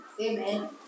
Amen